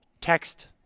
Text